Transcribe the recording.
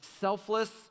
selfless